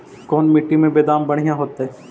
कोन मट्टी में बेदाम बढ़िया होतै?